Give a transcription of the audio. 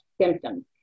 symptoms